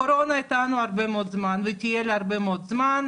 הקורונה איתנו הרבה מאוד זמן ותהיה להרבה מאוד זמן,